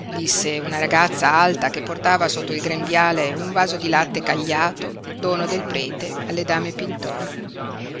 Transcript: disse una ragazza alta che portava sotto il grembiale un vaso di latte cagliato dono del prete alle dame pintor